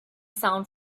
sound